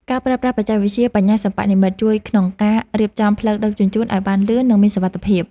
ការប្រើប្រាស់បច្ចេកវិទ្យាបញ្ញាសិប្បនិម្មិតជួយក្នុងការរៀបចំផ្លូវដឹកជញ្ជូនឱ្យបានលឿន និងមានសុវត្ថិភាព។